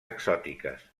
exòtiques